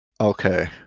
okay